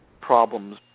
problems